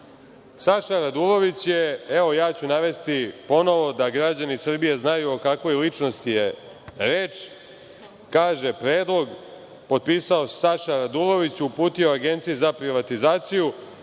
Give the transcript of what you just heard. pare. Saša Radulović je, evo navešću ponovo da građani Srbije znaju o kakvoj ličnosti je reč, kaže - predlog potpisao Saša Radulović, uputio Agenciji za privatizaciju,